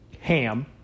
ham